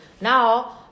Now